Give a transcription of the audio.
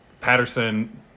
Patterson